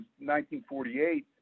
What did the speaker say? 1948